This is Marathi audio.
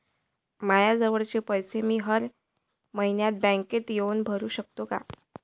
मायाजवळचे पैसे मी हर मइन्यात बँकेत येऊन भरू सकतो का?